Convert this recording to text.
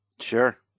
Sure